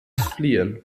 fliehen